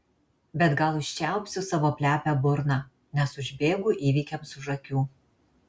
bet gal užčiaupsiu savo plepią burną nes užbėgu įvykiams už akių